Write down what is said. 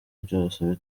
byose